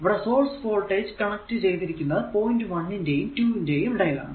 ഇവിടെ source voltage connect ചെയ്തിരിക്കുന്നത് point 1 ന്റെയും 2 ന്റെയും ഇടയിലാണ്